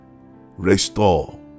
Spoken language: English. restore